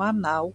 manau